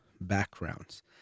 backgrounds